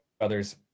others